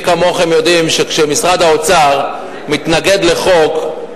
מי כמוכם יודעים שכשמשרד האוצר מתנגד לחוק,